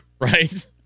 right